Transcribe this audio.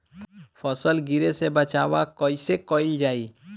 फसल गिरे से बचावा कैईसे कईल जाई?